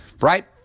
Right